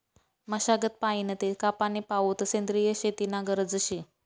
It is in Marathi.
मशागत पयीन ते कापनी पावोत सेंद्रिय शेती नी गरज शे